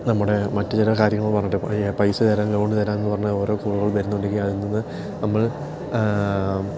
നമ്മുടെ മറ്റ് ചില കാര്യങ്ങള് പറഞ്ഞിട്ട് പറയുക പൈസ തരാം ലോണ് തരാന്ന് പറഞ്ഞ ഓരോ കോള് വരുന്നുണ്ടെങ്കിൽ അതിന്ന് നമ്മള്